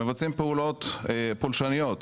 מבצעים פעולות פולשניות.